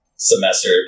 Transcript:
semester